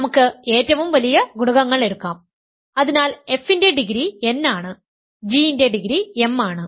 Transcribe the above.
നമുക്ക് ഏറ്റവും വലിയ ഗുണകങ്ങൾ എടുക്കാം അതിനാൽ f ന്റെ ഡിഗ്രി n ആണ് g ന്റെ ഡിഗ്രി m ആണ്